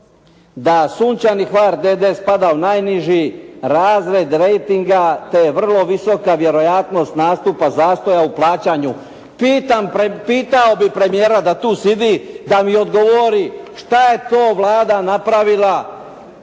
da "Sunčani Hvar d.d. spada u najniži razred rejtinga te vrlo visoka vjerojatnost nastupa zastoja u plaćanju". Pitao bih premijera da tu sjedi, da mi odgovori šta je to Vlada napravila